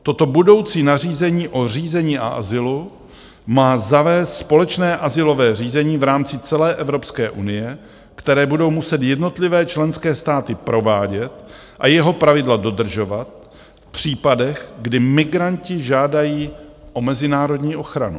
Toto budoucí nařízení o řízení azylu má zavést společné azylové řízení v rámci celé Evropské unie, které budou muset jednotlivé členské státy provádět a jeho pravidla dodržovat v případech, kdy migranti žádají o mezinárodní ochranu.